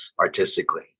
artistically